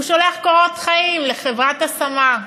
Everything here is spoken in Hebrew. הוא שולח קורות חיים לחברת השמה.